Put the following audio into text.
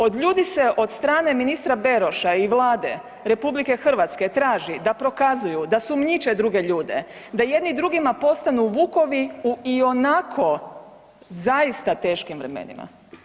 Od ljudi se od strane ministra Beroša i Vlade RH traži da prokazuju, da sumnjiče druge ljude, da jedni drugima postanu vukovi u ionako zaista teškim vremenima.